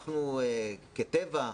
כטבע,